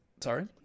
Sorry